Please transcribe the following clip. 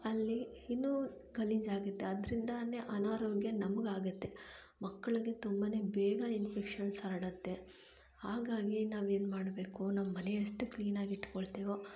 ಅಲ್ಲಿ ಇನ್ನೂ ಗಲೀಜಾಗತ್ತೆ ಅದರಿಂದಾನೆ ಅನಾರೋಗ್ಯ ನಮಗಾಗತ್ತೆ ಮಕ್ಕಳಿಗೆ ತುಂಬಾ ಬೇಗ ಇನ್ಫೆಕ್ಷನ್ಸ್ ಹರಡತ್ತೆ ಹಾಗಾಗಿ ನಾವೇನ್ಮಾಡಬೇಕು ನಮ್ಮ ಮನೆ ಎಷ್ಟು ಕ್ಲೀನಾಗಿ ಇಟ್ಕೊಳ್ತೀವೋ